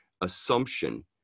assumption